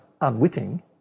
unwitting